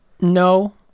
No